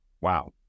Wow